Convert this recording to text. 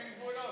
אין גבולות.